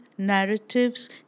Narratives